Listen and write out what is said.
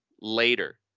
later